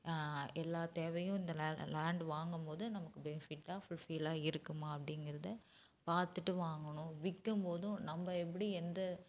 எல்லா தேவையும் இந்த லேண்ட் வாங்கும் போது நமக்கு பெனிஃபிட்டாக ஃபுல் ஃபில்லாக இருக்குமா அப்படிங்கறத பார்த்துட்டு வாங்கணும் விற்கும் போதும் நம்ம எப்படி எந்த